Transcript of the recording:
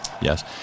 Yes